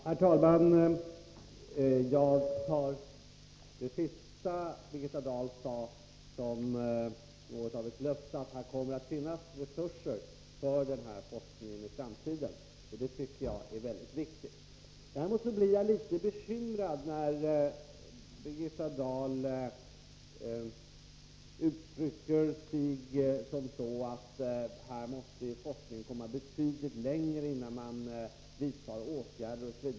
Herr talman! Jag tar det sista som Birgitta Dahl sade som något av ett löfte om att det i framtiden kommer att finnas resurser för forskning på det här området. Det tycker jag är mycket viktigt. Däremot blev jag litet bekymrad när Birgitta Dahl bl.a. sade att forskningen måste komma betydligt längre, innan man vidtar åtgärder.